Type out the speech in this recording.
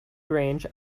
grange